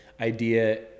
idea